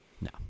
No